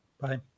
bye